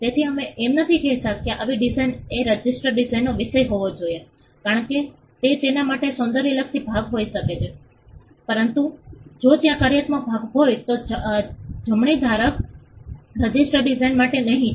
તેથી અમે એમ નથી કહેતા કે આવી ડિઝાઇન એ રજિસ્ટર્ડ ડિઝાઇનનો વિષય હોવો જોઈએ કારણ કે તે તેના માટે સૌંદર્યલક્ષી ભાગ હોઈ શકે છે પરંતુ જો ત્યાં કાર્યાત્મક ભાગ હોય તો જમણી ધારક રજિસ્ટર્ડ ડિઝાઇન માટે નહીં જાય